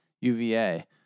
UVA